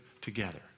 together